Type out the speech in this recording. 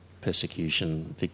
persecution